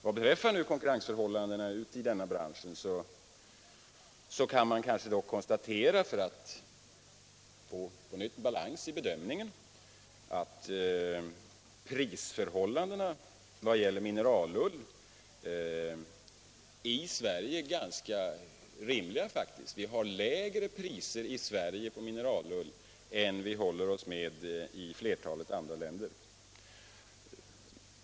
När det gäller konkurrensförhållandena i mineralullsbranschen kan man kanske dock, för att även här få balans i bedömningen, konstatera att priserna är ganska rimliga i Sverige. Vi har faktiskt lägre priser på mineralull än flertalet andra länder.